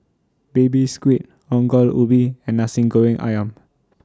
Baby Squid Ongol Ubi and Nasi Goreng Ayam